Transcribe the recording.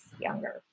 younger